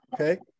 Okay